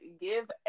give